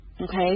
okay